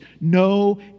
no